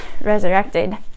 resurrected